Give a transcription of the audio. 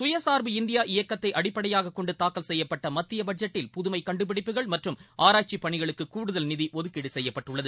சுயசா்பு இந்தியா இயக்கத்தை அடிப்படையாகக் கொண்டு தாக்கல் செய்யப்பட்ட மத்திய பட்ஜெட்டில் புதுமை கண்டுபிடிப்புகள் மற்றும் ஆராய்ச்சி பணிகளுக்கு கூடுதல் நிதி ஒதுக்கீடு செய்யப்பட்டுள்ளது